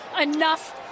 enough